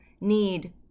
need